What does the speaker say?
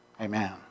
Amen